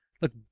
look